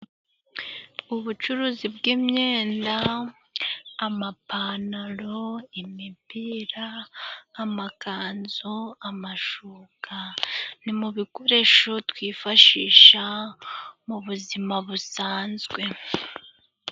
Ubucuruzi bw'imyenda amapantaro, imipira, amakanzu, amashuka ni mu bikoresho twifashisha mu buzima busanzwe.